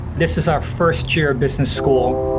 this is our first year of business school.